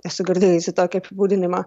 esu girdėjusi tokį apibūdinimą